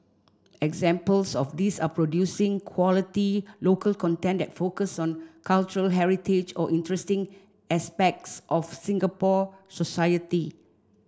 examples of these are producing quality local content that focus on cultural heritage or interesting aspects of Singapore society